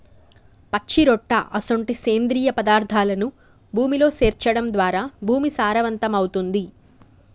పచ్చిరొట్ట అసొంటి సేంద్రియ పదార్థాలను భూమిలో సేర్చడం ద్వారా భూమి సారవంతమవుతుంది